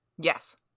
Yes